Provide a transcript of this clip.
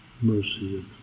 mercy